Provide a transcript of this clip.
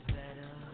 better